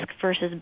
versus